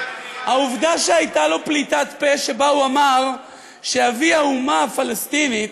העובדה שהייתה לו פליטת פה שבה הוא אמר שאבי האומה הפלסטינית,